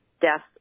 deaths